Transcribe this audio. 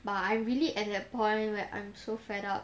but I'm really at the point where I'm so fed up